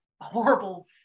horrible